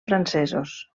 francesos